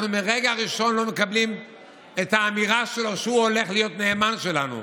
אנחנו מהרגע הראשון לא מקבלים את האמירה שלו שהוא הולך להיות נאמן שלנו.